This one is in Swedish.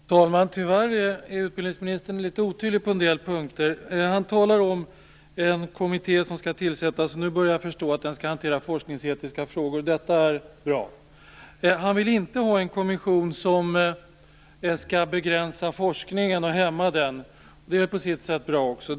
Fru talman! Tyvärr är utbildningsministern litet otydlig på en del punkter. Han talar om en kommitté som skall tillsättas. Nu börjar jag förstå att den skall hantera forskningsetiska frågor, och det är bra. Han vill inte ha en kommission som skall begränsa och hämma forskningen. Det är också bra på sitt sätt.